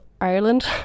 Ireland